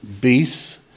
beasts